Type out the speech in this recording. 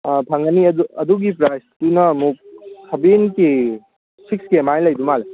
ꯑꯥ ꯐꯪꯒꯅꯤ ꯑꯗꯨꯒꯤ ꯄ꯭ꯔꯥꯏꯁꯇꯨꯅ ꯑꯃꯨꯛ ꯁꯕꯦꯟ ꯀꯦ ꯁꯤꯛꯁ ꯀꯦ ꯑꯃꯥꯏꯅ ꯂꯩꯗꯧ ꯃꯥꯜꯂꯦ